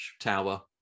tower